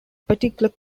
particular